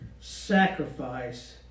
sacrifice